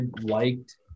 liked